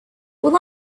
will